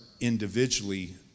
individually